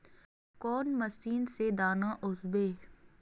कौन मशीन से दाना ओसबे?